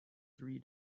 three